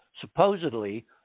supposedly